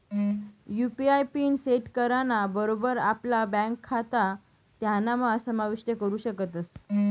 UPI PIN set कराना बरोबर आपला ब्यांक खातं त्यानाम्हा समाविष्ट करू शकतस